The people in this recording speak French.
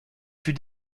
fut